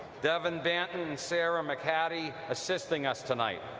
devin banton and sara mchattie assisting us tonight.